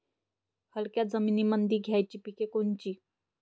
हलक्या जमीनीमंदी घ्यायची पिके कोनची?